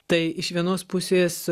tai iš vienos pusės